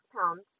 pounds